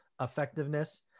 Effectiveness